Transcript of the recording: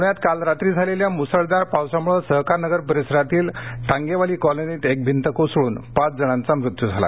पूण्यात काल रात्री झालेल्या मुसळधार पावसामुळे सहकारनगर परिसरातील टांगेवाली कॉलनीत एक भिंत कोसळून पाच जणांचा मृत्यू झाला